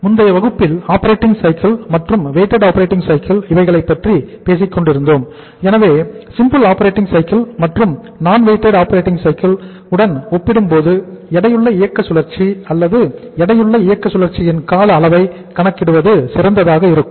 முந்தைய வகுப்பில் operating cycle உடன் ஒப்பிடும்போது எடையுள்ள இயக்க சுழற்சி அல்லது எடையுள்ள இயக்க சுழற்சியின் கால அளவை கணக்கிடுவது சிறந்ததாக இருக்கும்